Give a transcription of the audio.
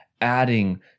adding